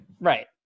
right